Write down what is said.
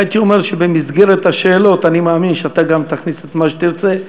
הייתי אומר שבמסגרת השאלות אני מאמין שאתה גם תכניס את מה שתרצה.